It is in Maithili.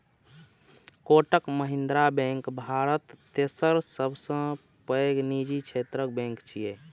कोटक महिंद्रा बैंक भारत तेसर सबसं पैघ निजी क्षेत्रक बैंक छियै